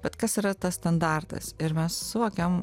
bet kas yra tas standartas ir mes suvokiam